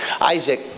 Isaac